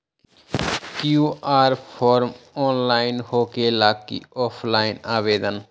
QR form online होकेला कि offline आवेदन?